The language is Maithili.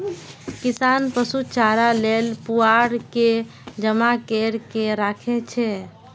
किसान पशु चारा लेल पुआर के जमा कैर के राखै छै